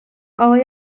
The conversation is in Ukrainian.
але